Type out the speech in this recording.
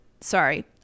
sorry